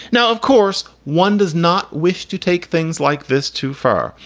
now, of course, one does not wish to take things like this too far.